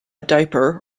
diaper